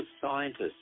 scientists